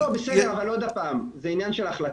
בסדר, אבל עוד פעם, זה עניין של החלטה.